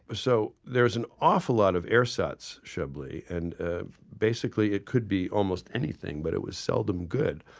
but so there's an awful lot of ersatz chablis. and ah basically it could be almost anything, but it was seldom good.